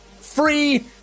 free